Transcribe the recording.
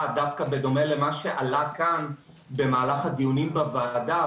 דווקא בדומה למה שעלה כאן במהלך הדיונים בוועדה,